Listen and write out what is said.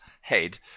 head